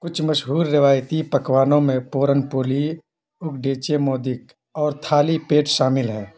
کچھ مشہور روایتی پکوانوں میں پورن پولی اُکڈیچے مودک اور تھالی پیٹھ شامل ہے